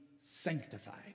sanctified